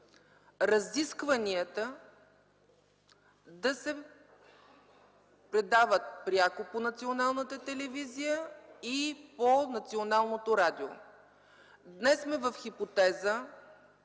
разискванията да се предават пряко по Националната телевизия и по Националното радио. Днес сме в хипотеза